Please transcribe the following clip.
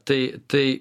tai tai